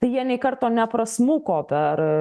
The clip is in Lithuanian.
tai jie nei karto neprasmuko per